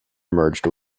merged